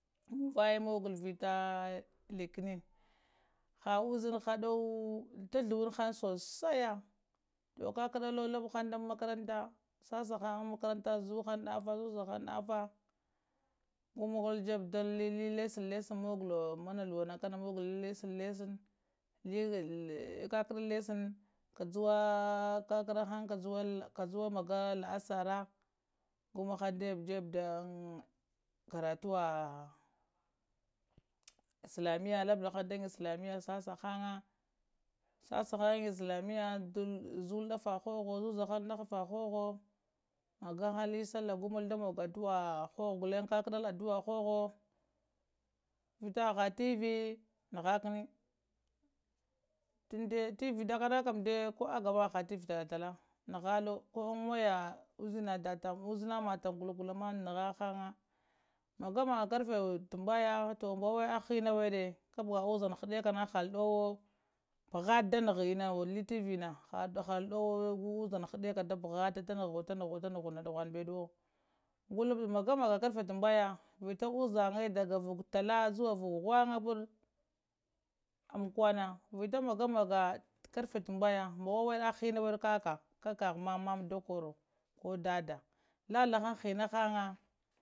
Muŋvayə mughul vita likənəŋ ha uzinha ɗowo, ta ghluwin haŋ sosaiya, ko ka kuɗalo lubhaŋ dan makaranta sa sa han ana makaranta zuhaŋ ɗafa, əza haŋ ɗafa, gomol jaɓa duŋ lasson lesson lesson mogulop mana luwana kana mogolo lesson, li kakaɗa lesson kajuwa kakuɗa haŋ kajuwa maga la'asara go mahaŋ jebe dan karatuwa islamiya lubula haŋ dan islamiya sa sa haŋa, sasa haŋ in islamiya ɗafa haha, zuza haŋ ɗafa hoho maga lə sallah go molo da mogo adu'a hoho ghlən kakuɗal adu'a hoho, vita haha tv nugha kuɗi, tv ɗakana kam də ko aga ma ha tv tala tala nugha lo ko am waya uzina dataŋ, uzama mataŋ gula-gula ma nəghaŋ maga maga karfi tambaya tu bawa awa hənawəɗa kubga uzaŋ həɗaka na hal ɗowe pugha da nughe inna li tv na halo nowo go uzang nəɗaka da pughata ta nugho nudhaŋ məɗuwo golub maga-maga karfi tumbaya, vita uzangə daga vulku tala har zuwa vuku ghnga, umko wa na vita magamaga karfi tumbaya ko wana awa həwaɗa kaka, kakagha mama dakoto ko dada